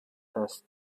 passed